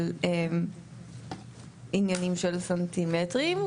וכאן אני כן מדברת על עניינים של סנטימטרים,